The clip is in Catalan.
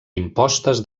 impostes